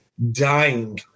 dying